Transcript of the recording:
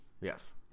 Yes